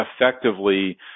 effectively